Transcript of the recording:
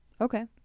Okay